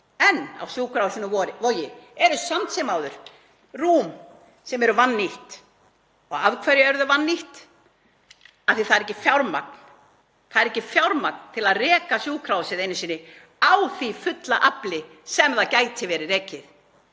Á sjúkrahúsinu Vogi eru samt sem áður rúm sem eru vannýtt. Og af hverju eru þau vannýtt? Af því það er ekki fjármagn. Það er ekki fjármagn til að reka sjúkrahúsið einu sinni á því fulla afli sem það gæti verið rekið